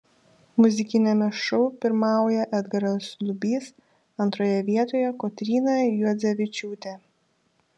muzikiniame šou pirmauja edgaras lubys antroje vietoje kotryna juodzevičiūtė